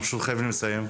אנחנו פשוט חייבים לסיים.